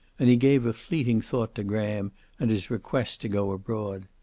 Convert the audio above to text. and he gave a fleeting thought to graham and his request to go abroad.